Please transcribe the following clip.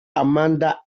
amanda